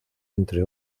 entre